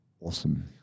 awesome